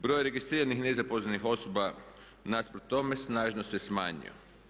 Broj registriranih nezaposlenih osoba nasuprot tome snažno se smanjio.